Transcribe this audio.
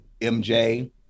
MJ